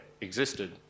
existed